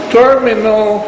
terminal